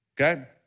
Okay